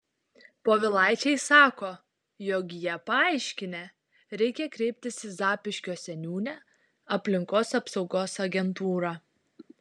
povilaičiai sako jog jie paaiškinę reikia kreiptis į zapyškio seniūnę aplinkos apsaugos agentūrą